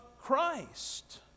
Christ